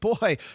Boy